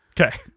Okay